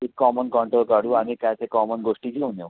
एक common contour काढू आणि काय ते कॉमन गोष्टी घेऊन येऊ